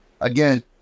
again